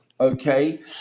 okay